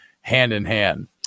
hand-in-hand